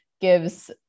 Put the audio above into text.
gives